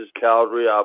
Calgary